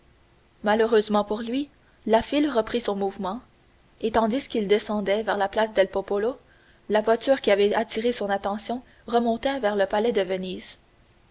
malheureusement pour lui la file reprit son mouvement et tandis qu'il descendait vers la place del popolo la voiture qui avait attiré son attention remontait vers le palais de venise